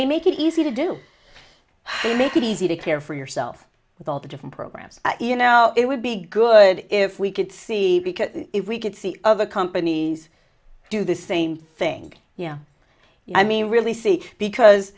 they make it easy to do make it easy to care for yourself with all the different programs now it would be good if we could see if we could see other companies do the same thing yeah i mean really see because